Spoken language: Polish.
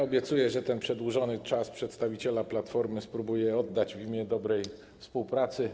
Obiecuję, że ten przedłużony czas przedstawiciela Platformy spróbuję oddać w imię dobrej współpracy.